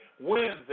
Wednesday